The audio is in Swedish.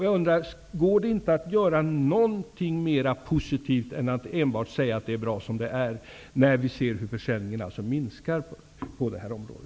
Jag undrar om det inte går att göra någonting mera positivt än att enbart säga att det är bra som det är, när vi ser hur försäljningen minskar på detta område.